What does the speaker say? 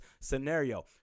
scenario